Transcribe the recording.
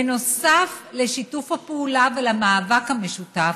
בנוסף לשיתוף הפעולה ולמאבק המשותף,